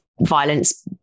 violence